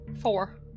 Four